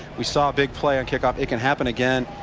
we saw a big play on kickoff. it can happen again.